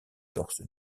torse